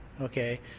okay